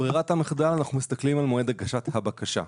ברירת המחדל, אנחנו מסתכלים על מועד הגשת הבקשה.